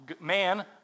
Man